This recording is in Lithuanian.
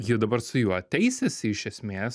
ji dabar su juo teisėsi iš esmės